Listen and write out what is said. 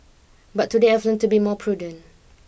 but today I've to be more prudent